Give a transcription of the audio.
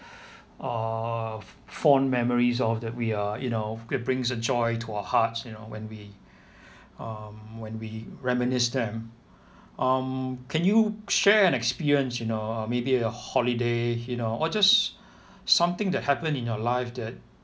uh fond memories all that we are you know could brings a joy to our hearts you know when we um when we reminisce them um can you share an experience you know uh maybe a holiday you know or just something that happened in your life that